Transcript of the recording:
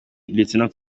lieutenant